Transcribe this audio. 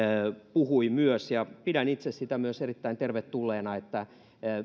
puhui myös pidän sitä myös itse erittäin tervetulleena että